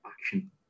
action